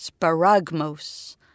Sparagmos